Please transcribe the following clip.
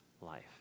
life